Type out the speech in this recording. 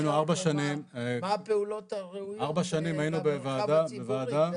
מה הפעולות הראויות במרחב הציבורי?